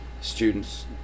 students